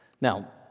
Now